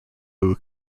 mainly